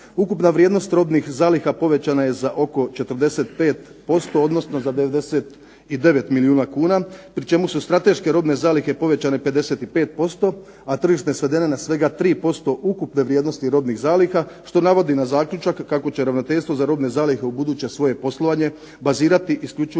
Ukupna vrijednost robnih zaliha povećana je za oko 45%, odnosno za 99 milijuna kuna, pri čemu su strateške robne zalihe povećane 55%, a tržište je svedeno na svega 3% ukupne vrijednosti robnih zaliha, što navodi na zaključak kako će ravnateljstvo za robne zalihe ubuduće svoje poslovanje bazirati isključivo